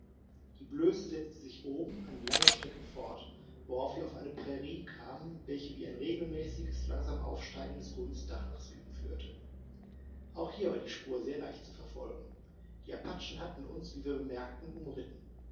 die blöße setzte sich oben eine lange strecke fort worauf wir auf eine prairie kamen welche wie ein regelmäßiges langsam aufsteigendes grünes dach nach süden führte auch hier war die spur sehr leicht zu verfolgen die apachen hatten uns wie wir bemerkten umritten